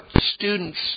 students